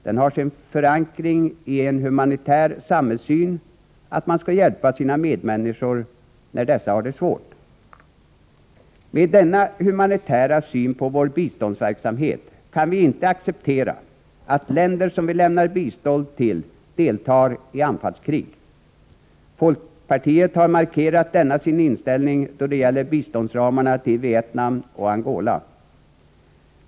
Den har sin förankring i en humanitär samhällssyn — att man skall hjälpa sina medmänniskor när de har det svårt. Med denna humanitära syn på vår biståndsverksamhet kan vi inte acceptera att länder som vi lämnar bistånd till deltar i anfallskrig. Folkpartiet har markerat denna sin inställning då det gäller biståndsramarna för Vietnam och Angola.